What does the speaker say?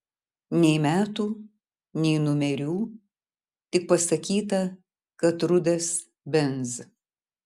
nei metų nei numerių tik pasakyta kad rudas benz